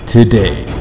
Today